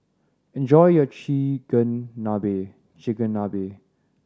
enjoy your Chigenabe Chigenabe